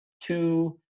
two